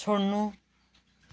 छोड्नु